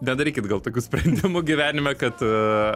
nedarykit gal tokių sprendimų gyvenime kad